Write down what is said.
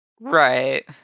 Right